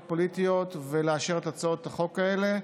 פוליטיות ולאשר את הצעות החוק האלה,